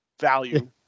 value